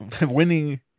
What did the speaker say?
Winning